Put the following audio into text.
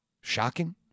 Shocking